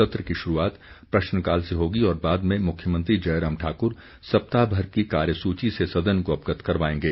सत्र की शुरूआत प्रश्नकाल से होगी और बाद में मुख्यमंत्री जयराम ठाकुर सप्ताह भर की कार्यसूची से सदन को अवगत करवाएंगे